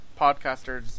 podcasters